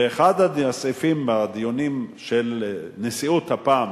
ואחד הסעיפים בדיונים של נשיאות ה-PAM,